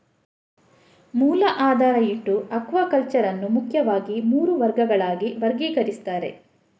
ಮೂಲ ಆಧಾರ ಇಟ್ಟು ಅಕ್ವಾಕಲ್ಚರ್ ಅನ್ನು ಮುಖ್ಯವಾಗಿ ಮೂರು ವರ್ಗಗಳಾಗಿ ವರ್ಗೀಕರಿಸ್ತಾರೆ